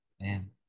man